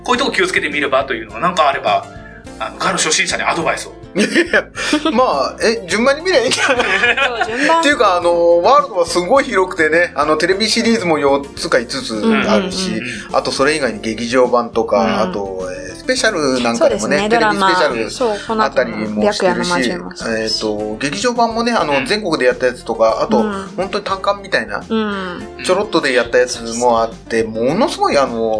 こういうとこ気をつけて見ればというのはなんかあれば、あの、ガロ初心者にアドバイスを。いや、いや、まあ、 え、順番に見りゃいいんじゃない？ そう、順番。っていうか、 あの、ワールドはすごい広くてね、あの、テレビシリーズも四つか五つあるし、うんうんうん。あとそれ以外に劇場版とか、うん。あと、えー、スペシャルなんかでもね、そうですね、ドラマ。テレビスペシャルそう、この後もあったりもしてるし、白夜の魔獣もそうだえーと、し。劇場版もね、あの、うん。全国でやったやつとか、あと、うん。本当に単館みたいな、うん。ちょろっとでやったやつもあって、ものすごいあの、